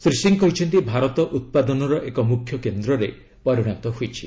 ଶ୍ରୀ ସିଂହ କହିଛନ୍ତି ଭାରତ ଉତ୍ପାଦନର ଏକ ମୁଖ୍ୟ କେନ୍ଦ୍ରରେ ପରିଣତ ହୋଇଛି